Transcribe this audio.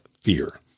fear